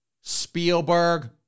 Spielberg